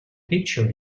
picture